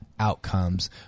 Outcomes